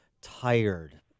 tired